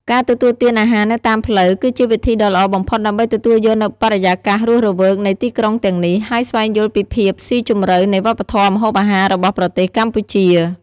ការទទួលទានអាហារនៅតាមផ្លូវ គឺជាវិធីដ៏ល្អបំផុតដើម្បីទទួលយកនូវបរិយាកាសរស់រវើកនៃទីក្រុងទាំងនេះ ហើយស្វែងយល់ពីភាពស៊ីជម្រៅនៃវប្បធម៌ម្ហូបអាហាររបស់ប្រទេសកម្ពុជា។